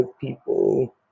people